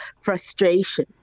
frustration